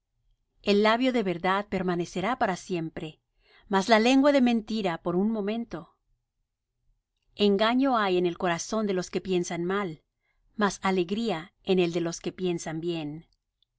el labio de verdad permanecerá para siempre mas la lengua de mentira por un momento engaño hay en el corazón de los que piensan mal mas alegría en el de los que piensan bien